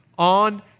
on